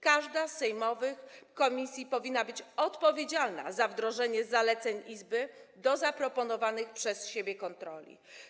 Każda z sejmowych komisji powinna być odpowiedzialna za wdrożenie zaleceń izby w odniesieniu do zaproponowanej przez siebie kontroli.